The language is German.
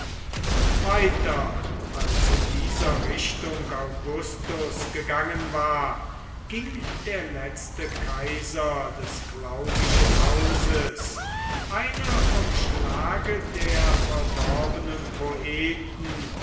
weiter als in dieser richtung augustus gegangen war ging der letzte kaiser des claudischen hauses einer vom schlage der verdorbenen poeten